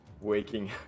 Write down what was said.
waking